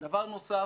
דבר נוסף,